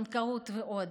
בנקאות ועוד.